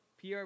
PR